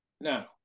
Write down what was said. Now